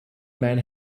man